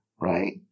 right